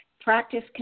Practice